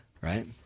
Right